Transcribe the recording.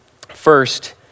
First